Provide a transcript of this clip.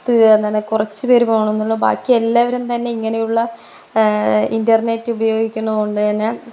ത്ത് എന്താണ് കുറച്ച് പേർ പോണമെന്നുള്ളു ബാക്കി എല്ലാവരും തന്നെ ഇങ്ങനെയുള്ള ഇൻറ്റർനെറ്റ് ഉപയോഗിക്കുന്നതു കൊണ്ട് തന്നെ